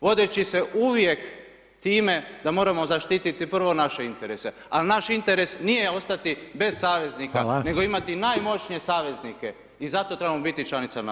Vodeći se uvijek time da moramo zaštiti prvo naše interese, ali naš interes nije ostati bez saveznika, nego imati najmoćnije saveznike i zato trebamo biti članica NATO-a.